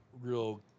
real